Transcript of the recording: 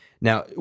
Now